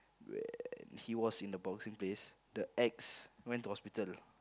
when he was in the boxing place the ex went to hospital